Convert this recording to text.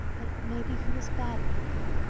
but maybe he was bad, michael,